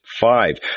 Five